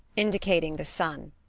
indicating the son.